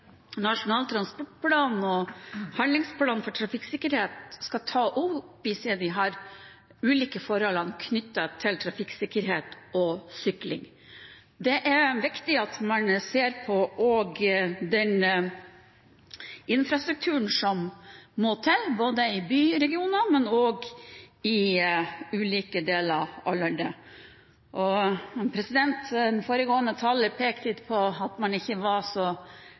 Nasjonal transportplan og Handlingsplan for trafikksikkerhet skal ta opp i seg disse ulike forholdene knyttet til trafikksikkerhet og sykling. Det er viktig at man også ser på den infrastrukturen som må til, både i byregionene og i ulike deler av landet. Foregående taler pekte på at man ikke var så